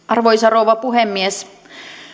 arvoisa rouva puhemies